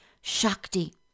Shakti